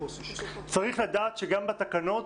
צריך לדעת שגם בתקנות